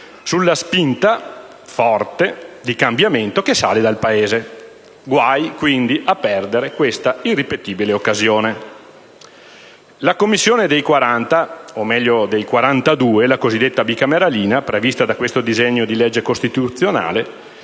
sulla spinta forte di cambiamento che sale dal Paese. Guai, quindi, a perdere questa irripetibile occasione. La Commissione dei 40 o, meglio, dei 42 (la cosiddetta bicameralina), prevista da questo disegno di legge costituzionale,